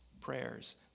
prayers